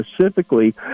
specifically